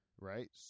Right